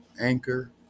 anchor